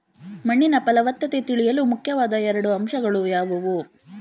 ಮಣ್ಣಿನ ಫಲವತ್ತತೆ ತಿಳಿಯಲು ಮುಖ್ಯವಾದ ಎರಡು ಅಂಶಗಳು ಯಾವುವು?